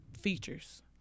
features